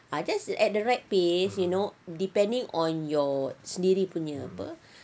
I guess at the right pace you know depending on your sendiri punya apa